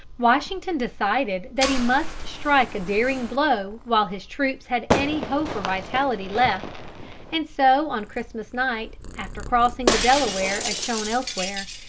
washington decided that he must strike a daring blow while his troops had any hope or vitality left and so on christmas night, after crossing the delaware as shown elsewhere,